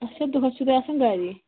اَچھا دۄہَس چھُو تُہۍ آسان گَری